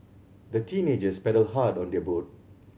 the teenagers paddled hard on their boat